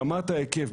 ברמת ההיקף,